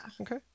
okay